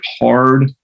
hard